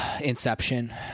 Inception